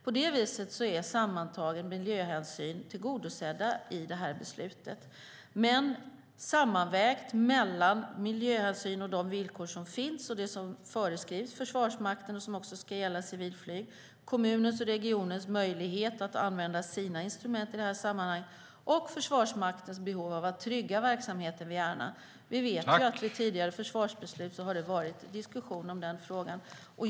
På det viset är sammantagen miljöhänsyn tillgodosedd i detta beslut, men sammanvägt mellan miljöhänsyn, de villkor som finns och det som föreskrivs Försvarsmakten, som också ska gälla civilflyg, kommunens och regionens möjlighet att använda sina instrument i detta sammanhang och Försvarsmaktens behov av att trygga verksamheten vid Ärna. Vi vet att det vid tidigare försvarsbeslut har varit diskussion om den frågan.